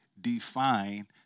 define